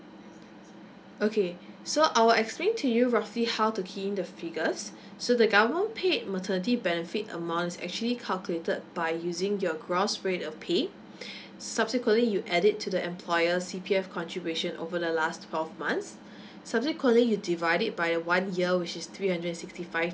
okay so I will explain to you roughly how to key in the figures so the government paid maternity benefit amount is actually calculated by using your gross rate of pay subsequently you add it to the employers C_P_F contribution over the last twelve months subsequently you divide it by a one year which is three hundred and sixty five